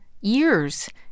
years